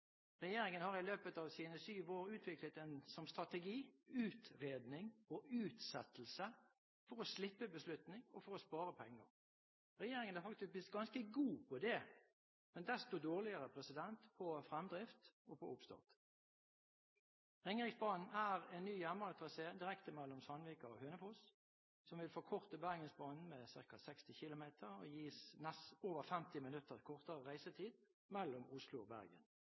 Regjeringen har i løpet av sine syv år ved makten utviklet «utredning og utsettelse» som strategi for å slippe beslutning, og for å spare penger. Regjeringen har faktisk blitt ganske god på det, men desto dårligere på fremdrift og oppstart. Ringeriksbanen er en ny jernbanetrasé direkte mellom Sandvika og Hønefoss som vil forkorte Bergensbanen med ca. 60 km, og gi over 50 minutter kortere reisetid mellom Oslo og Bergen.